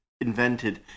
invented